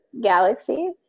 galaxies